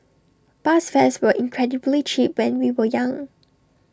bus fares were incredibly cheap when we were young